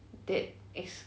that is